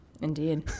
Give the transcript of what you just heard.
Indeed